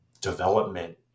development